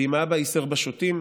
ואם האבא ייסר בשוטים,